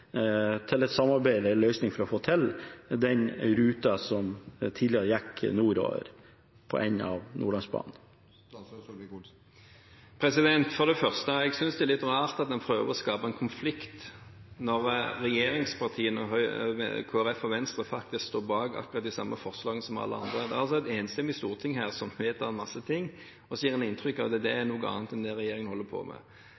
til et samarbeid om en løsning for å få til den ruta som tidligere gikk nordover i enden av Nordlandsbanen? For det første: Jeg synes det er litt rart at man prøver å skape konflikt når regjeringspartiene og Kristelig Folkeparti og Venstre faktisk står bak akkurat de samme forslagene som alle andre. Det er altså et enstemmig storting som vedtar en masse ting, og så gir en inntrykk av at det er noe annet enn det som regjeringen holder på med.